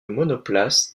monoplace